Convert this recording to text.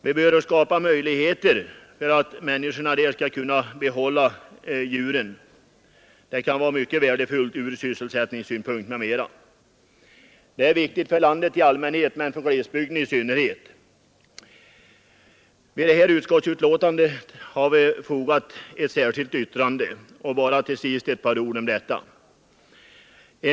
Vi bör skapa möjligheter för människorna att behålla sina djur — det kan vara mycket värdefullt från sysselsättningssynpunkt m.m. Detta är viktigt för landet i allmänhet men för glesbygderna i synnerhet. Vid betänkandet har vi fogat ett särskilt yttrande, och jag skall till sist säga några ord om det.